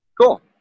Cool